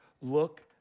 Look